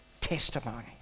testimony